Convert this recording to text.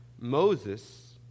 Moses